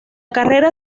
carrera